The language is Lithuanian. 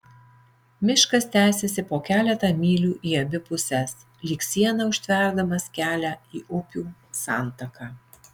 miškas tęsėsi po keletą mylių į abi puses lyg siena užtverdamas kelią į upių santaką